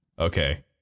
Okay